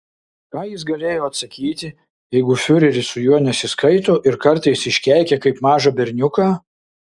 ką jis galėjo atsakyti jeigu fiureris su juo nesiskaito ir kartais iškeikia kaip mažą berniuką